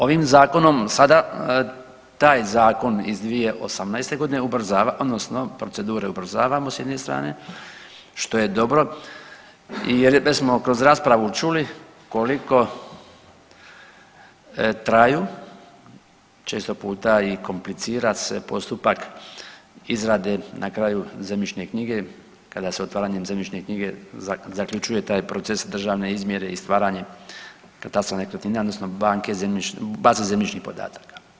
Ovim zakonom sada taj zakon iz 2018. godine ubrzava odnosno procedure ubrzavamo s jedne strane što je dobro i …/nerazumljivo/… raspravu čuli koliko traju, često puta i komplicira se postupak izrade na kraju zemljišne knjige kada se otvaranjem zemljišne knjige zaključuje taj proces državne izmjere i stvaranje katastra nekretnina odnosno banke, baze zemljišnih podataka.